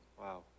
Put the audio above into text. Wow